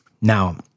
Now